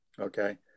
Okay